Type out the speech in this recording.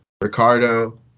Ricardo